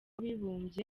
w’abibumbye